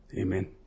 amen